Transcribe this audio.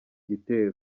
gitero